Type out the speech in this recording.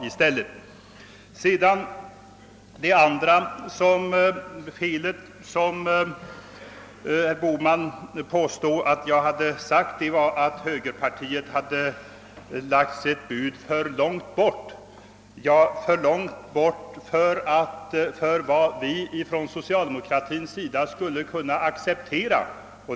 Det andra felaktiga uttalande, som jag enligt herr Bohman skulle ha gjort, var att högerpartiet satt sitt bud för långt bort från vad vi från socialdemokratins sida skulle kunna acceptera.